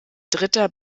dritter